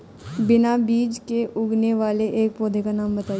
बिना बीज के उगने वाले एक पौधे का नाम बताइए